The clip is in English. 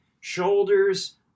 shoulders